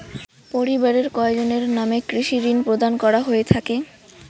পরিবারের কয়জনের নামে কৃষি ঋণ প্রদান করা হয়ে থাকে?